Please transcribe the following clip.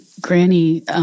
Granny